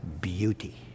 beauty